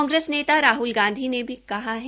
कांग्रेस नेता राहल गांधी ने भी कहा है